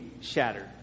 shattered